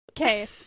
okay